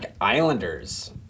Islanders